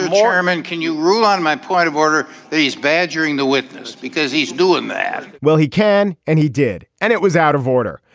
and chairman. can you rule on my point of order that he's badgering the witness because he's doing that? well, he can and he did. and it was out of order,